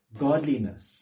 godliness